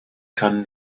can